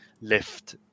lift